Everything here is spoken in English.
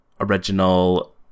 original